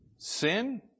Sin